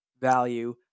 value